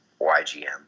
YGM